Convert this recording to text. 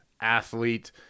athlete